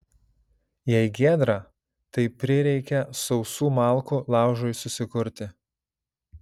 jei giedra tai prireikia sausų malkų laužui susikurti